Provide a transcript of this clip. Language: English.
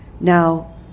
Now